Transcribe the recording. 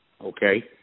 okay